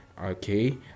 okay